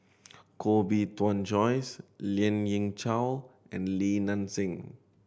Koh Bee Tuan Joyce Lien Ying Chow and Li Nanxing